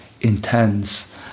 intense